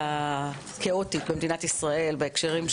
נעמה לזימי (יו"ר הוועדה המיוחדת לענייני צעירים):